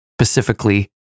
specifically